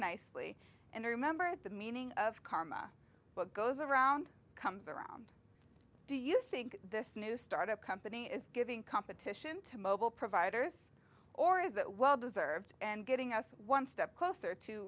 nicely and remember at the meaning of karma what goes around comes around do you think this new startup company is giving competition to mobile providers or is that well deserved and getting us one step closer to